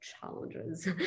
challenges